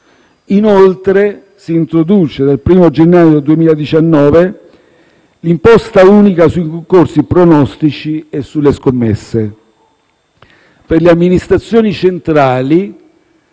inoltre, dal 1° gennaio 2019 l'imposta unica sui concorsi pronostici e sulle scommesse. Per le amministrazioni centrali